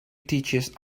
teaches